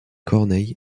corneille